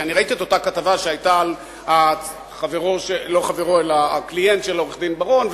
כי ראיתי את אותה כתבה שהיתה על הקליינט של העורך-דין בר-און,